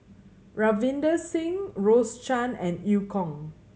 Ravinder Singh Rose Chan and Eu Kong